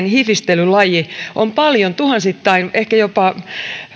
hifistelylaji on paljon tuhansittain ehkä jopa